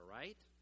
right